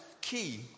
key